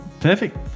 perfect